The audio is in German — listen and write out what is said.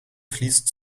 fließt